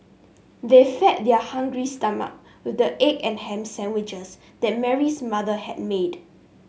they fed their hungry stomach with the egg and ham sandwiches that Mary's mother had made